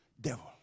Devil